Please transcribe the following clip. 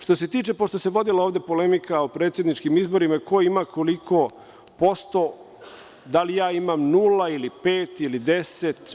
Što se tiče, pošto se ovde vodila polemika o predsedničkim izborima, ko ima koliko posto, da li ja imam nula ili pet, ili deset.